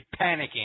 panicking